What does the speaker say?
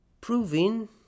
proving